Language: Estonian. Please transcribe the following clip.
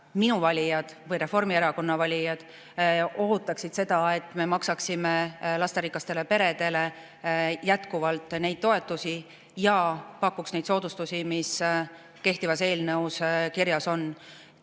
minu valijad või Reformierakonna valijad ootaksid seda, et me maksaksime lasterikastele peredele jätkuvalt neid toetusi ja pakuks neid soodustusi, mis kehtivas [seaduses] kirjas on.